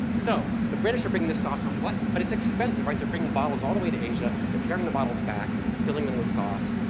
so the british are bringing this sauce home. what? but it's expensive right? they're bringing bottles all the way to asia. they're carrying the bottles back, filling them with sauce.